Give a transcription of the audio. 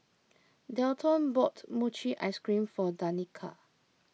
Dalton bought Mochi Ice Cream for Danika